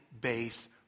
base